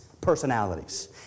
personalities